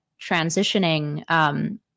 transitioning